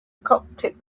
coptic